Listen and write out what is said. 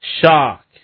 shock